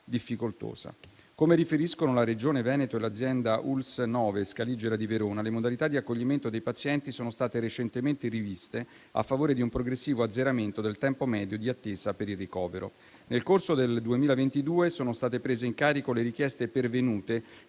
difficoltosa. Come riferiscono la Regione Veneto e l'azienda ULSS 9 Scaligera di Verona, le modalità di accoglimento dei pazienti sono state recentemente riviste a favore di un progressivo azzeramento del tempo medio di attesa per il ricovero. Nel corso del 2022 sono state prese in carico le richieste pervenute con